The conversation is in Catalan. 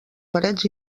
parets